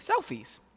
selfies